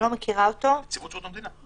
נציבות שירות המדינה.